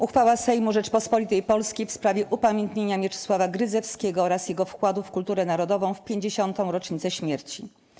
Uchwała Sejmu Rzeczypospolitej Polskiej w sprawie upamiętnienia Mieczysława Grydzewskiego oraz jego wkładu w kulturę narodową w 50. rocznicę śmierci.